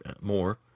more